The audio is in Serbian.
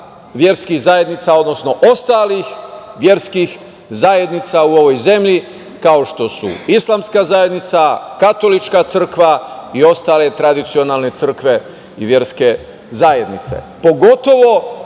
verskih zajednica, odnosno ostalih verskih zajednica u ovoj zemlji, kao što su islamska zajednica, katolička crkva i ostale tradicionalne crkve i verske zajednice. Pogotovo